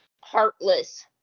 heartless